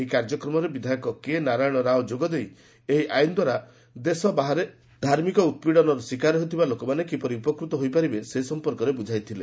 ଏହି କାର୍ଯ୍ୟକ୍ରମରେ ବିଧାୟକ କେ ନାରାୟଶ ରାଓ ଯୋଗଦେଇ ଏହି ଆଇନଦ୍ୱାରା ଦେଶ ବାହାରେ ଧାର୍ମିକ ଉପ୍ପୀଡ଼ନର ଶିକାର ହେଉଥିବା ଲୋକମାନେ କିପରି ଉପକୃତ ହୋଇପାରିବେ ସେ ସମ୍ପର୍କରେ ବୁଝାଇଥିଲେ